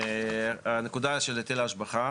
הנקודה של היטל ההשבחה,